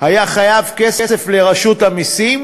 היה חייב כסף לרשות המסים,